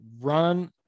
run